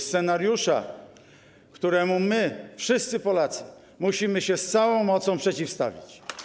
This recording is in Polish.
Scenariusza, któremu my, wszyscy Polacy, musimy się z całą mocą przeciwstawić.